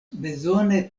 bezone